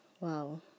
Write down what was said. Wow